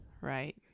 Right